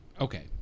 okay